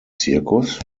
zirkus